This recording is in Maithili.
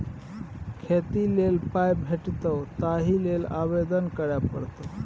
खेती लेल पाय भेटितौ ताहि लेल आवेदन करय पड़तौ